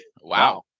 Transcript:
Wow